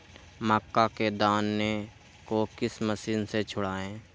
मक्का के दानो को किस मशीन से छुड़ाए?